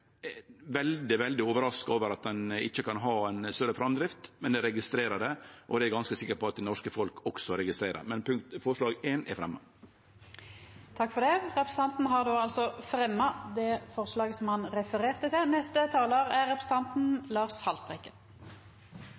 veldig, veldig overraska over et ein ikkje kan ha ei raskare framdrift, men eg registrerer det, og det er eg ganske sikker på at det norske folk også registrerer. Forslag nr. 1 er fremja. Då har representanten Frank Edvard Sve fremja det forslaget han refererte til . Det er